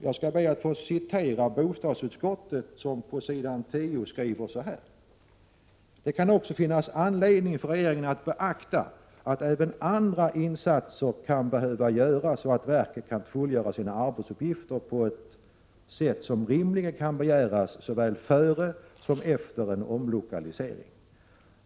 Jag skall därför be att få citera bostadsutskottet som på s. 10 skriver så här: ”Det kan också finnas anledning för regeringen att beakta att även andra insatser kan behövas så att verket kan fullgöra sina arbetsuppgifter på ett sätt som rimligen kan begäras såväl före som efter en omlokalisering.